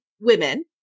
women